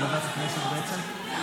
לוועדת הכנסת בעצם,